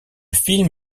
film